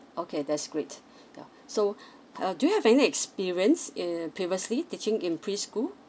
okay that's great yeah so uh do you have any experience uh previously teaching in preschool